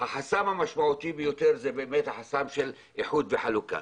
החסם המשמעותי ביותר הוא חסם האיחוד והחלוקה.